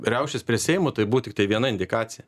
riaušės prie seimo tai buvo tiktai viena indikacija